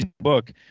book